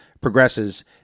progresses